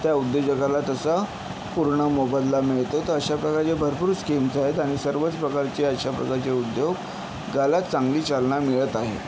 त्या उद्योजकाला त्याचा पूर्ण मोबदला मिळतो तर अशा प्रकारच्या भरपूर स्कीम्स आहेत आणि सर्वच प्रकारची अशा प्रकारची उद्योग गाला चांगली चालना मिळत आहे